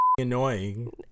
annoying